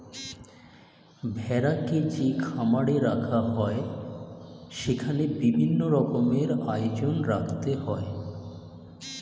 ভেড়াকে যে খামারে রাখা হয় সেখানে বিভিন্ন রকমের আয়োজন রাখতে হয়